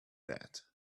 that